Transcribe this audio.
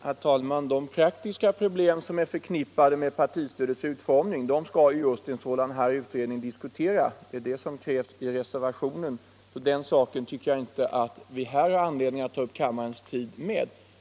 Herr talman! De praktiska problem som är förknippade med partistödets utformning skall en sådan här utredning diskutera. Det är det som krävs i reservationen. Den saken tycker jag inte att vi här har anledning att vidare ta upp kammarens tid med.